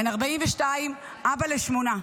בן 42, אבא לשמונה.